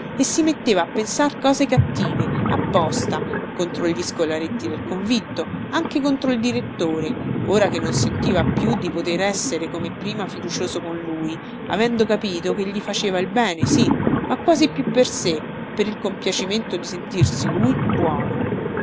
e si metteva a pensar cose cattive apposta contro gli scolaretti del convitto anche contro il direttore ora che non sentiva più di poter essere come prima fiducioso con lui avendo capito che gli faceva il bene sì ma quasi più per sé per il compiacimento di sentirsi lui buono